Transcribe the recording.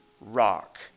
rock